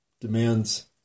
demands